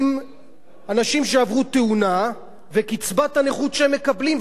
אנשים שעברו תאונה וקצבת הנכות שהם מקבלים,